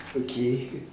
okay